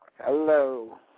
Hello